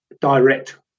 direct